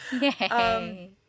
Yay